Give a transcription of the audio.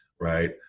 right